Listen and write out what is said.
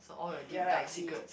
you're like be